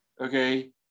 okay